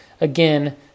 again